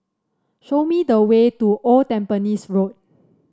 show me the way to Old Tampines Road